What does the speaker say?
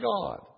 God